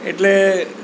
એટલે